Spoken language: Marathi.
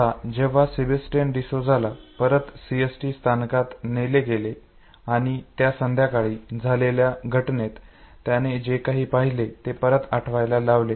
आता जेव्हा सेबॅस्टियन डिसोझाला परत सीएसटी स्थानकात नेले गेले आणि त्या संध्याकाळी झालेल्या घटनेत त्याने जे पाहिलं ते परत आठवायला लावले